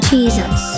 Jesus